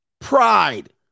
pride